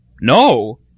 No